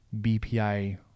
BPI